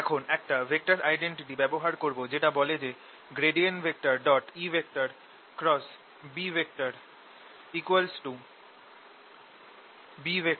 এখন একটা vector identity ব্যবহার করব যেটা বলে যে EB BE E